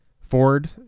Ford